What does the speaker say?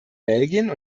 belgien